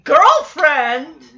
Girlfriend